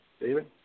david